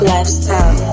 Lifestyle